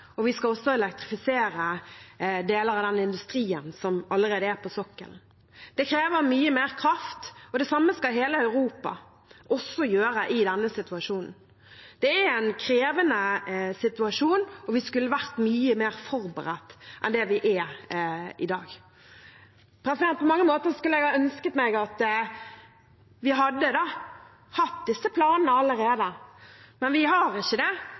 og vi skal også elektrifisere deler av den industrien som allerede er på sokkelen. Det krever mye mer kraft, og det samme skal hele Europa gjøre i denne situasjonen. Det er en krevende situasjon, og vi skulle vært mye mer forberedt enn vi er i dag. På mange måter skulle jeg ønsket at vi hadde hatt disse planene allerede, men vi har ikke det.